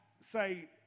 say